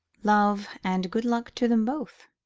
love and good luck to them both!